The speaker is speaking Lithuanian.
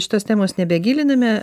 šitos temos nebe giliname